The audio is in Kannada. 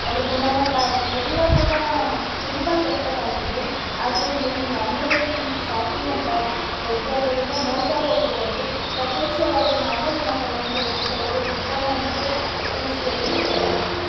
ಅದ್ರ ಗುಣಮಟ್ಟ ಆಗಲಿ ಎಲ್ಲ ಕೂಡ ತುಂಬ ಕೆಟ್ಟದಾಗಿದೆ ಆದ್ದರಿಂದ ಈ ಆನ್ಲೈನ್ ಶಾಪಿಂಗ್ ಅಂತ ಹೋಗಿ ಅದರಿಂದ ಮೋಸ ಹೋಗೋ ಬದಲು ಪ್ರತ್ಯಕ್ಷವಾಗಿ ನಾವೇ ಹಣ ತಗೊಂಡು ಹೋಗಿ ತಗೊಳುದು ಉತ್ತಮ ಅಂತ ತಿಳಿಸ್ತೇನೆ